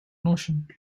notion